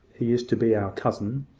he is to be our cousin.